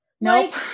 nope